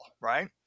right